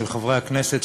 של חברי הכנסת,